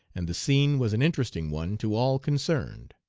and the scene was an interesting one to all concerned.